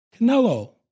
Canelo